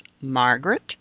Margaret